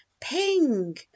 Ping